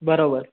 बराबरि